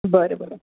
बरं बरं